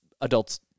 Adults